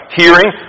hearing